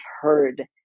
heard